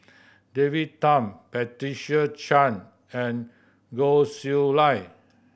David Tham Patricia Chan and Goh Chiew Lye